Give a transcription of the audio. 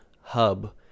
hub